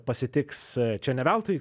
pasitiks čia ne veltui